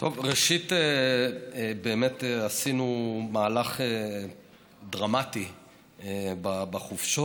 ראשית, באמת עשינו מהלך דרמטי בחופשות.